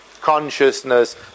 consciousness